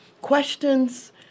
questions